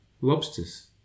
lobsters